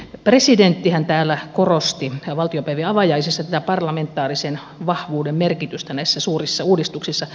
presidenttihän täällä korosti valtiopäivien avajaisissa tätä parlamentaarisen vahvuuden merkitystä näissä suurissa uudistuksissa